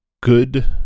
good